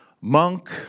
monk